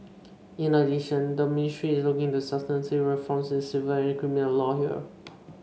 in addition the ministry is looking into substantive reforms in civil and criminal law here